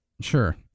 Sure